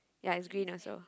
ya is green also